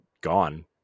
gone